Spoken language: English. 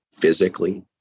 physically